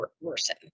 worsen